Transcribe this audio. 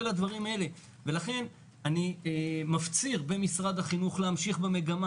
לכן אני מפציר במשרד החינוך להמשיך במגמה